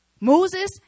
Moses